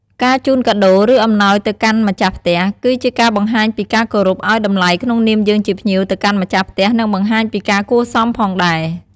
ការជូនកាដូរ ឬអំណោយទៅកាន់ម្ចាស់ផ្ទះ គឺជាការបង្ហាញពីការគោរពឲ្យតម្លៃក្នុងនាមយើងជាភ្ញៀវទៅកាន់ម្ខាស់ផ្ទះនិងបង្ហាញពីការគួរសមផងដែរ។